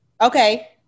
Okay